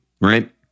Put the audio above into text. right